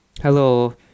Hello